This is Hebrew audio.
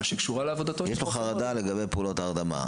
שקשורה לעבודתו --- יש לו חרדה לגבי פעולות ההרדמה.